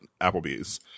Applebee's